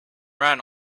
ran